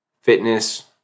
fitness